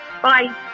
Bye